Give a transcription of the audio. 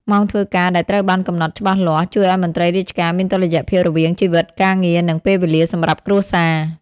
ម៉ោងធ្វើការដែលត្រូវបានកំណត់ច្បាស់លាស់ ជួយឱ្យមន្ត្រីរាជការមានតុល្យភាពរវាងជីវិតការងារ និងពេលវេលាសម្រាប់គ្រួសារ។